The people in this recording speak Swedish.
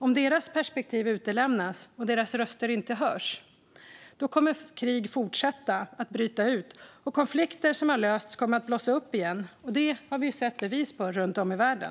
Om deras perspektiv utelämnas och deras röster inte hörs kommer krig att fortsätta att bryta ut. Konflikter som har lösts kommer att blossa upp igen, vilket vi har sett bevis på runt om i världen.